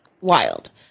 wild